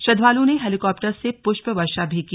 श्रद्धालओं ने हैलीकॉप्टर से पूष्प वर्षा भी की